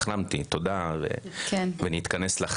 הרי החלמתי, אז אתה רוצה לומר תודה ולהתכנס לחיים.